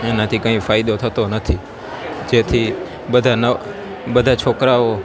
એનાથી કઈ ફાયદો થતો નથી જેથી બધા ન બધા છોકરાઓ